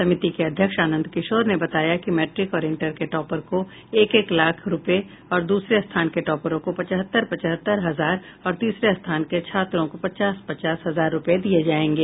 समिति के अध्यक्ष आनंद किशोर ने बताया कि मैट्रिक और इंटर के टॉपर को एक एक लाख रूपये दूसरे स्थान के टॉपरों को पचहत्तर पचहत्तर हजार और तीसरे स्थान के छात्रों को पचास पचास हजार रूपये दिये जायेंगे